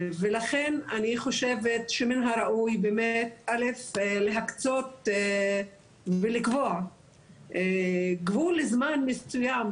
ולכן אני חושבת שמן הראוי באמת להקצות ולקבוע גבול זמן מסויים,